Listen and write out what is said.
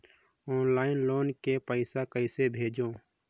Online loan के पईसा कइसे भेजों?